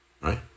right